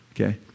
Okay